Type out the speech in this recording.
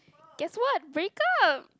guess what break up